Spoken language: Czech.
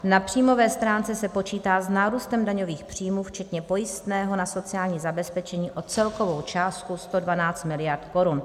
Na příjmové stránce se počítá s nárůstem daňových příjmů včetně pojistného na sociální zabezpečení o celkovou částku 112 miliard korun.